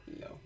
No